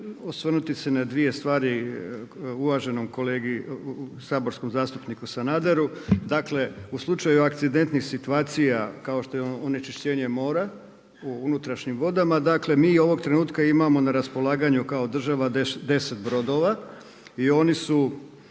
osvrnuti se na dvije stvari uvaženom kolegi saborskom zastupniku Sanaderu. Dakle, u slučaju akcidentnih situacija kao što je onečišćenje mora u unutrašnjim vodama. Dakle mi ovog trenutka imamo na raspolaganju kao država 10 brodova i oni su